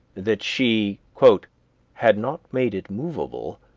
that she had not made it movable,